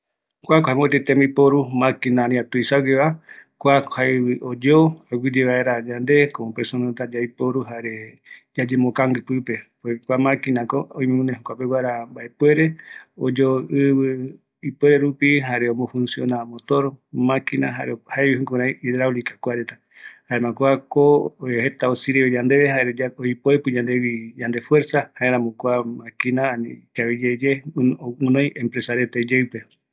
Kua maquina tuisagueva oyoo vaera ɨvɨ aramoete, yaiporu mbaereve yanderete, kua jetape ome yomborɨ, öime yave mbaravɨkɨ tuisague